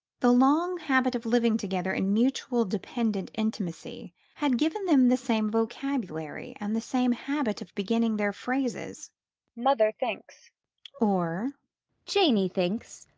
the long habit of living together in mutually dependent intimacy had given them the same vocabulary, and the same habit of beginning their phrases mother thinks or janey thinks,